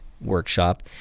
Workshop